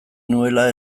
nuela